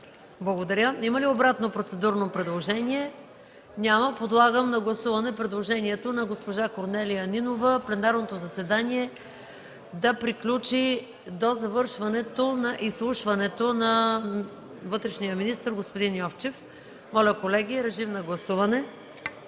Благодаря. Има ли обратно процедурно предложение? Няма. Подлагам на гласуване предложението на госпожа Корнелия Нинова пленарното заседание да приключи с изслушването на вътрешния министър господин Йовчев. Моля, колеги, гласувайте.